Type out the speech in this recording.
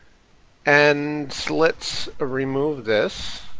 and let's remove this,